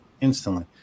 instantly